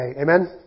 Amen